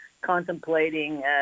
contemplating